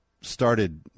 started